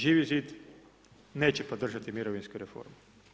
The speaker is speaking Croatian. Živi zid neće podržati mirovinsku reformu.